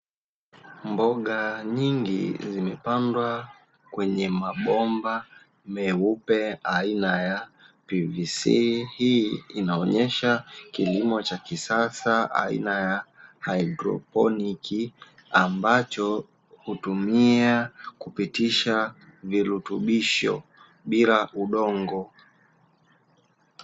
Mboga nyingi zimepandwa kwenye mabomba meupe aina ya PVC. Hii inaonyesha kilimo cha kisasa aina ya haidroponiki, ambacho hutumia kupitisha virutubisho bila udongo.